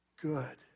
good